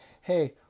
hey